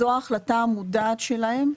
זו ההחלטה המודעת שלהם.